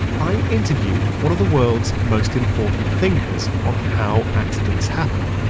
i interviewed one of the world's most important thinkers on how accidents happen.